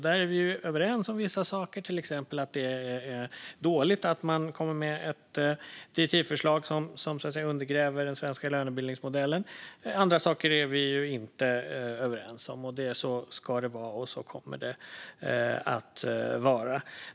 Där är vi överens om vissa saker, till exempel att det är dåligt att man lägger fram ett direktivförslag som undergräver den svenska lönebildningsmodellen. Andra saker är vi inte överens om. Så ska det vara, och så kommer det att vara.